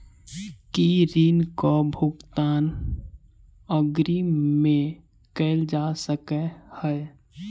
की ऋण कऽ भुगतान अग्रिम मे कैल जा सकै हय?